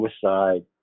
suicide